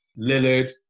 Lillard